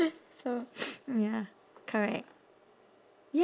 so ya correct